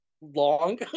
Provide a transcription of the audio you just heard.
long